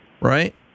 right